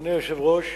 אדוני היושב-ראש,